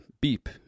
beep